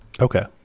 okay